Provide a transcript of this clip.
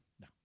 No